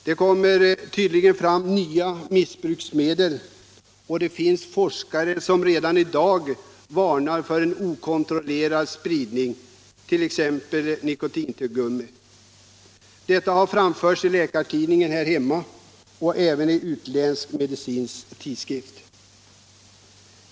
Det kommer tydligen fram nya missbruksmedel, och det finns forskare som redan i dag varnar för en okontrollerad spridning av t.ex. nikotintuggummi. Detta har framförts i Läkartidningen och även i utländska medicinska tidskrifter.